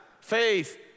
faith